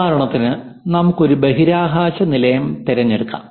ഉദാഹരണത്തിന് നമുക്ക് ഒരു ബഹിരാകാശ നിലയം തിരഞ്ഞെടുക്കാം